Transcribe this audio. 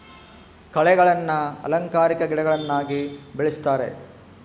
ಕಳೆಗಳನ್ನ ಅಲಂಕಾರಿಕ ಗಿಡಗಳನ್ನಾಗಿ ಬೆಳಿಸ್ತರೆ